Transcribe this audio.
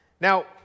Now